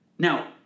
Now